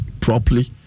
properly